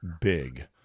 big